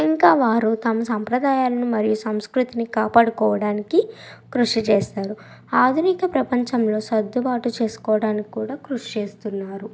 ఇంకా వారు తమ సాంప్రదాయాలను మరియు సంస్కృతిని కాపాడుకోవడానికి కృషి చేస్తారు ఆధునిక ప్రపంచంలో సర్దుబాటు చేసుకోవడానికి కూడా కృషి చేస్తున్నారు